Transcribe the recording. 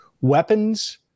Weapons